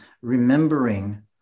remembering